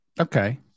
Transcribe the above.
Okay